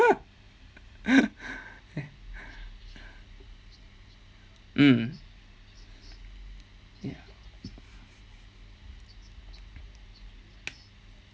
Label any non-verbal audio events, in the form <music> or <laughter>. <laughs> mm